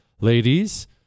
Ladies